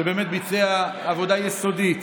שבאמת ביצע עבודה יסודית,